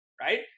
right